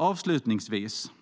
Avslutningsvis: